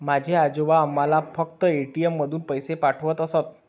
माझे आजोबा आम्हाला फक्त ए.टी.एम मधून पैसे पाठवत असत